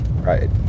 right